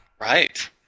Right